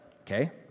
Okay